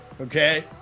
Okay